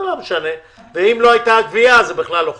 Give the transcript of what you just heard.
אם לא הייתה גבייה זה בכלל לא חשוב.